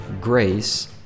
grace